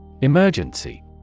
Emergency